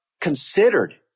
considered